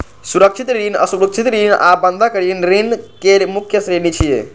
सुरक्षित ऋण, असुरक्षित ऋण आ बंधक ऋण ऋण केर मुख्य श्रेणी छियै